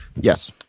yes